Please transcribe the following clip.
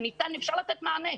שאפשר לתת מענה,